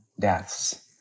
deaths